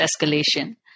escalation